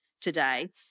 today